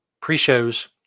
pre-shows